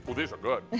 these are good.